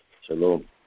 Shalom